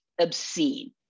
obscene